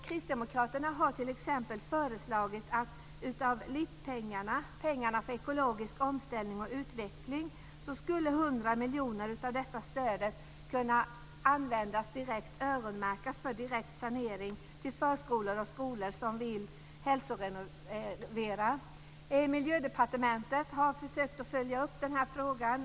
Kristdemokraterna har t.ex. föreslagit att 100 miljoner av LIP-pengarna, pengarna för ekologisk omställning och utveckling, skulle kunna öronmärkas för direkt sanering när det gäller förskolor och skolor som vill hälsorenovera. Miljödepartementet har försökt följa upp den här frågan.